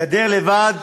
גדר לבד,